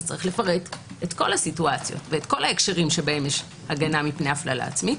צריך לפרט את כל המצבים ואת כל ההקשרים שבהם יש הגנה מפני הפללה עצמית,